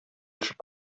төшеп